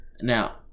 Now